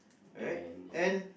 and ya